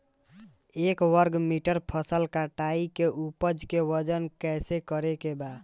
एक वर्ग मीटर फसल कटाई के उपज के वजन कैसे करे के बा?